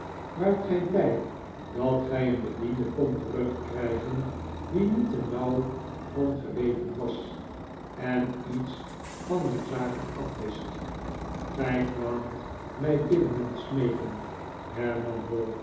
waart gij blij dat gij een bediende kondt terugkrijgen die niet te nauw van geweten was en iets van uw zaken afwist gij kwaamt mij bidden en smeeken